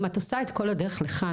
אם את עושה את כל הדרך לכאן.